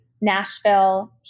Nashville